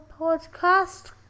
podcast